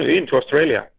even to australia.